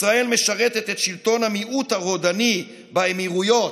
ישראל משרתת את שלטון המיעוט הרודני באמירויות,